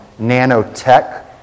nanotech